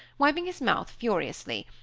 wiping his mouth furiously,